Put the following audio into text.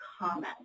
comment